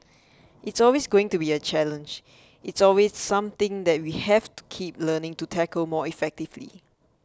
it's always going to be a challenge it's always something that we have to keep learning to tackle more effectively